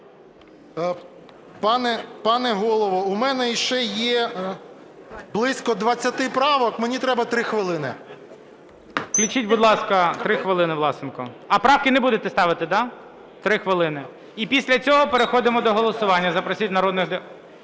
Пане Голово, у мене ще є близько двадцяти правок, мені треба 3 хвилини. ГОЛОВУЮЧИЙ. Включіть, будь ласка, 3 хвилини Власенку. А правки не будете ставити, так? 3 хвилини. І після цього переходимо до голосування,